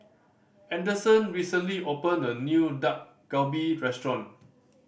Anderson recently opened a new Dak Galbi Restaurant